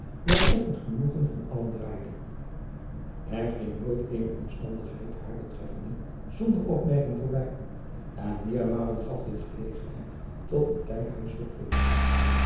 waarop het genoegen van allen draaide er ging nooit eene omstandigheid haar betreffende zonder opmerking voorbij en meermalen gaf dit gelegenheid tot een klein huisselijk feest